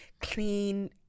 clean